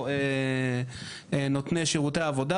או נותני שירותי עבודה,